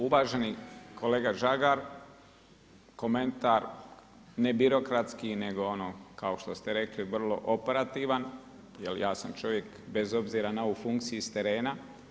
Uvaženi kolega Žagar, komentar ne birokratski nego ono kao što ste rekli vrlo operativan jer ja sam čovjek bez obzira na ovu funkciju, s terena.